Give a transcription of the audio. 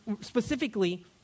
Specifically